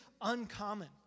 uncommon